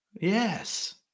yes